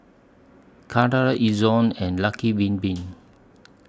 Karcher Ezion and Lucky Bin Bin